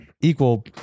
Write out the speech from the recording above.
equal